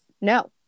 No